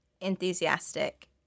enthusiastic